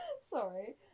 Sorry